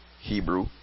Hebrew